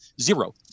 Zero